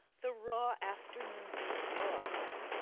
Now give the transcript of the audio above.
the raw afternoon is rawest,